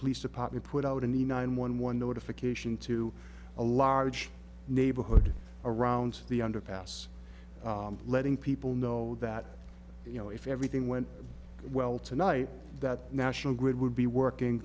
police department put out an e nine one one notification to a large neighborhood around the underpass letting people know that you know if everything went well tonight that national grid would be working